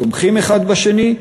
תומכים אחד בשני.